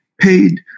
paid